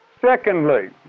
Secondly